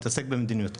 כן, מתעסק במדיניות.